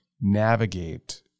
navigate